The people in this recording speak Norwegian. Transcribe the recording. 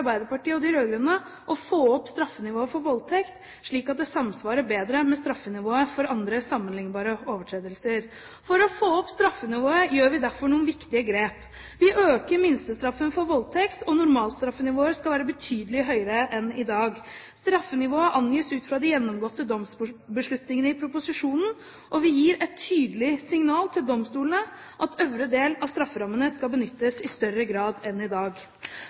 Arbeiderpartiet og de rød-grønne å få opp straffenivået for voldtekt slik at det samsvarer bedre med straffenivået for andre sammenlignbare overtredelser. For å få opp straffenivået gjør vi derfor noen viktige grep: Vi øker minstestraffen for voldtekt, og normalstraffenivået skal være betydelig høyere enn i dag. Straffenivået angis ut fra de gjennomgåtte domsbeslutningene i proposisjonen. Og vi gir et tydelig signal til domstolene om at øvre del av strafferammen skal benyttes i større grad enn i dag.